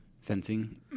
fencing